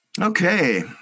Okay